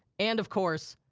and of course,